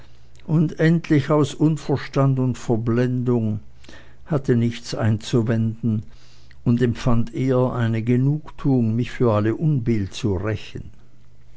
und endlich aus unverstand und verblendung hatte nichts einzuwenden und empfand eher eine genugtuung mich für alle unbill zu rächen